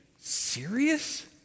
serious